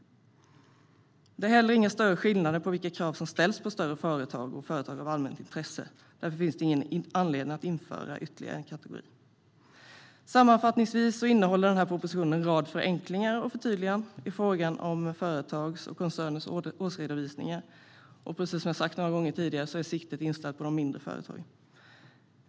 Det är inte heller några betydande skillnader på vilka krav som ställs på större företag och företag av allmänt intresse. Därför finns ingen anledning att införa ytterligare en kategori. Sammanfattningsvis innehåller propositionen en rad förslag till förenklingar och förtydliganden i frågan om företags och koncerners årsredovisningar. Precis som jag har sagt några gånger tidigare är siktet inställt på de mindre företagen.